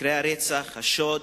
מקרי הרצח, השוד